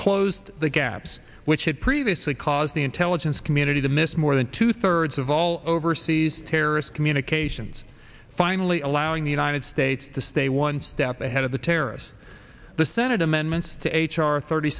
closed the gaps which had previously caused the intelligence community to miss more than two thirds of all overseas terrorist communications finally allowing the united states to stay one step ahead of the terrorists the senate amendment to h r thirty